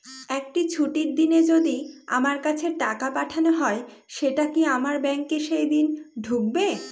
একটি ছুটির দিনে যদি আমার কাছে টাকা পাঠানো হয় সেটা কি আমার ব্যাংকে সেইদিন ঢুকবে?